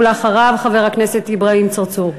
ואחריו חבר הכנסת אברהים צרצור.